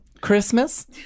Christmas